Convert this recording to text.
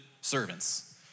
servants